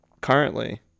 currently